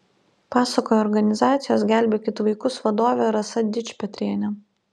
pasakoja organizacijos gelbėkit vaikus vadovė rasa dičpetrienė